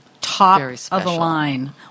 top-of-the-line